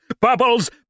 bubbles